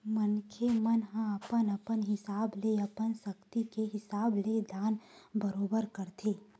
मनखे मन ह अपन अपन हिसाब ले अपन सक्ति के हिसाब ले दान बरोबर करथे